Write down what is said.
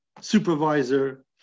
supervisor